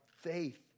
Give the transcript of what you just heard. faith